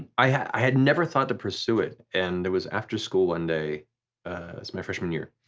i had never thought to pursue it, and it was after school one day, it was my freshman year,